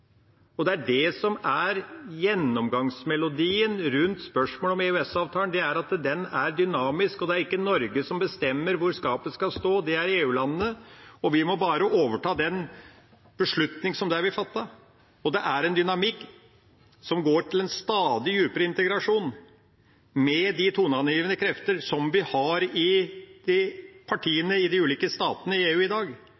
Og det er det som er gjennomgangsmelodien rundt spørsmålet om EØS-avtalen, at den er dynamisk, og det er ikke Norge som bestemmer hvor skapet skal stå, det er EU-landene. Vi må bare overta den beslutningen som der blir fattet, og det er en dynamikk som går mot en stadig dypere integrasjon. Med de toneavgivende krefter som vi har i partiene i de